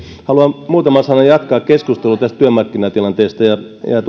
haluan muutaman sanan jatkaa keskustelua tästä työmarkkinatilanteesta